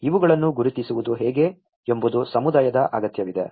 ಇವುಗಳನ್ನು ಗುರುತಿಸುವುದು ಹೇಗೆ ಎಂಬುದು ಸಮುದಾಯದ ಅಗತ್ಯವಿದೆ